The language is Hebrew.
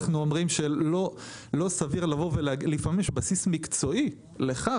אנחנו אומרים שלפעמים יש בסיס מקצועי לכך